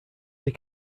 they